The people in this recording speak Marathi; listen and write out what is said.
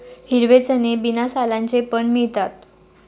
हिरवे चणे बिना सालांचे पण मिळतात